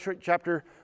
chapter